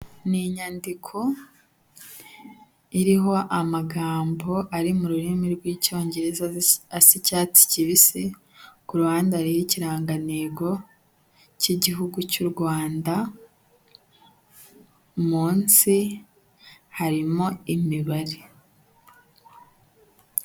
Ni inyandiko iriho amagambo ari mu rurimi rw'icyongereza, asa icyatsi kibisi, ku ruhande hariho ikirangantego cy'igihugu cy'u Rwanda, munsi harimo imibare.